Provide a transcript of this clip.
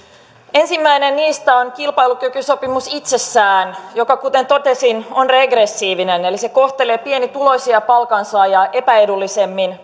ensimmäinen niistä on kilpailukykysopimus itsessään joka kuten totesin on regressiivinen eli se kohtelee pienituloisia palkansaajia epäedullisemmin